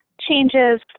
changes